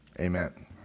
Amen